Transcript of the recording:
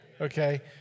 Okay